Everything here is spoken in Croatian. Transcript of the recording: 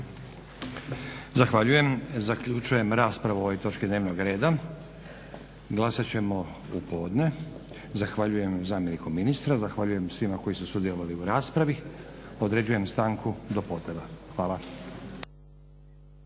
Zahvaljujem. Zaključujem raspravu o ovoj točki dnevnog reda. Glasat ćemo u podne. Zahvaljujem zamjeniku ministra, zahvaljujem svima koji su sudjelovali u raspravi. Određujem stanku do podneva. Hvala.